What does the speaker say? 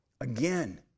Again